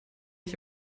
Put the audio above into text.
ich